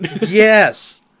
Yes